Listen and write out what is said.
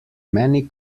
many